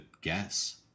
guess